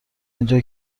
اینجا